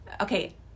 okay